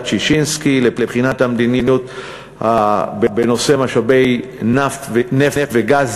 ששינסקי לבחינת המדיניות בנושאי משאבי נפט וגז.